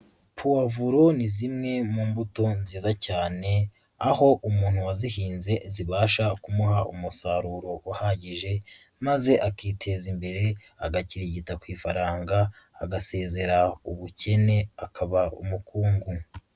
Pavuro ni zimwe mu mbuto nziza cyane, aho umuntu wazihinze zibasha kumuha umusaruro uhagije maze akiteza imbere agakirigita ku ifaranga, agasezera ubukene, akaba umukungu.